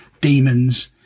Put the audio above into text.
demons